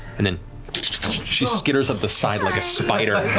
and then she skitters up the side like a spider,